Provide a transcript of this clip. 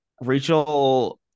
Rachel